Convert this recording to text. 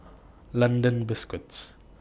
London Biscuits